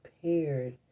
prepared